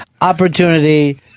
opportunity